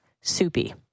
Soupy